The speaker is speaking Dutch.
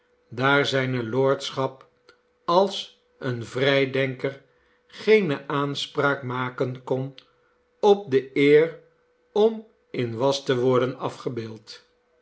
daar zijne lordschap als een vrijdenker geene aanspraak maken kon op de eer om in was te worden afgebeeld